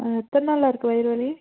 எத்தனைநாளா இருக்கு வயிறு வலி